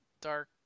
dark